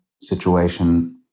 situation